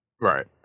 Right